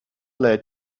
led